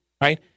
right